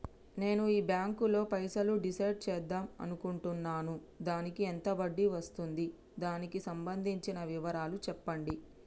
నేను ఈ బ్యాంకులో పైసలు డిసైడ్ చేద్దాం అనుకుంటున్నాను దానికి ఎంత వడ్డీ వస్తుంది దానికి సంబంధించిన వివరాలు చెప్పండి?